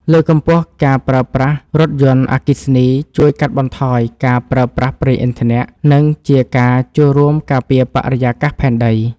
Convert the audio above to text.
លើកកម្ពស់ការប្រើប្រាស់រថយន្តអគ្គិសនីជួយកាត់បន្ថយការប្រើប្រាស់ប្រេងឥន្ធនៈ និង ជាការចូលរួមការពារបរិយាកាសផែនដី។